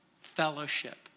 fellowship